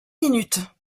minutes